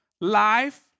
life